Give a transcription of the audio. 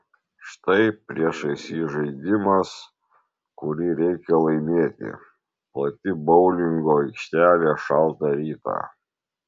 štai priešais jį žaidimas kurį reikia laimėti plati boulingo aikštelė šaltą rytą